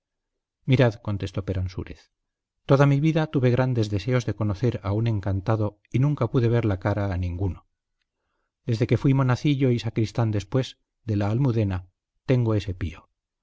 refería mirad contestó peransúrez toda mi vida tuve grandes deseos de conocer a un encantado y nunca pude ver la cara a ninguno desde que fui monacillo y sacristán después de la almudena tengo ese pío